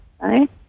right